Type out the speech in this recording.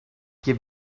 give